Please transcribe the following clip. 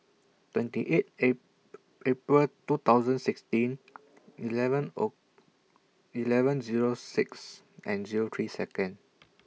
twenty eight Apr April two thousand sixteen eleven O eleven Zero six and Zero three Seconds